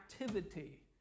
activity